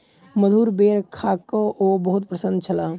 मधुर बेर खा कअ ओ बहुत प्रसन्न छलाह